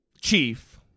chief